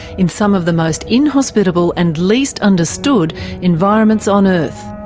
in some of the most inhospitable and least understood environments on earth.